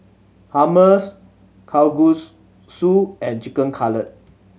Hummus Kalguksu and Chicken Cutlet